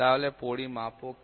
তাহলে পরিমাপক কি